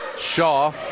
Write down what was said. Shaw